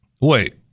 Wait